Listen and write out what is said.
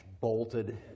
bolted